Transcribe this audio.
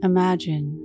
Imagine